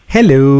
Hello